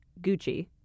Gucci